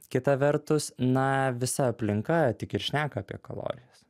kita vertus na visa aplinka tik ir šneka apie kalorijas